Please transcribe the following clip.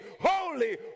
holy